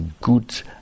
good